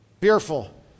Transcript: Fearful